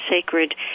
sacred